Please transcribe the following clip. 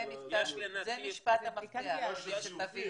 לכן אם המסמכים הם לא ותיקים,